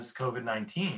COVID-19